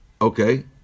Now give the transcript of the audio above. Okay